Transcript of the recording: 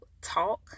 talk